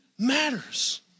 matters